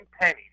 penny